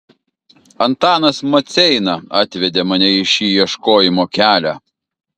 antanas maceina atvedė mane į šį ieškojimo kelią